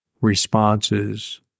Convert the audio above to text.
responses